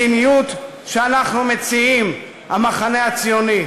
מדיניות שאנחנו מציעים, המחנה הציוני.